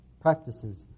practices